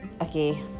Okay